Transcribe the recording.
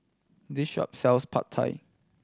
this shop sells Pad Thai